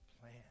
plan